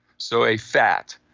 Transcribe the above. so, a fat.